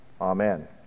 Amen